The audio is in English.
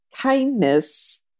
kindness